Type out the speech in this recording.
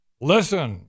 Listen